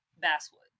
Basswood